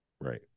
right